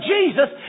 Jesus